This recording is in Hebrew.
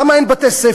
למה אין בתי-ספר?